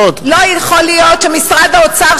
לא יכול להיות שמשרד האוצר,